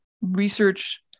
research